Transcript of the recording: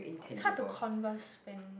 it's hard to converse when